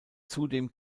zudem